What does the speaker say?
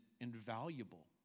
invaluable